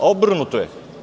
Obrnuto je.